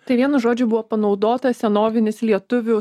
tai vienu žodžiu buvo panaudotas senovinis lietuvių